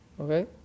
Okay